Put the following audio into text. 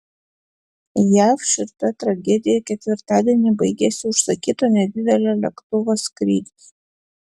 jav šiurpia tragedija ketvirtadienį baigėsi užsakyto nedidelio lėktuvo skrydis